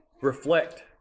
Reflect